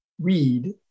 read